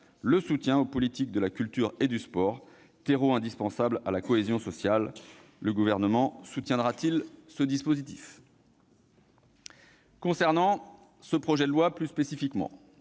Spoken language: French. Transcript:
le soutien aux politiques de la culture et du sport, terreau indispensable à la cohésion sociale. Le Gouvernement soutiendra-t-il cette mesure ? S'agissant du projet de loi en discussion,